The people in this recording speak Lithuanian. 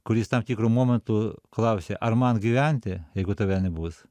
kuris tam tikru momentu klausė ar man gyventi jeigu tave nebus